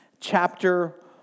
Chapter